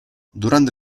durante